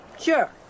Sure